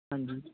ਹਾਂਜੀ